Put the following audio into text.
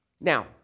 now